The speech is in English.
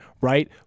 right